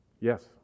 Yes